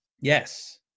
Yes